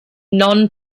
non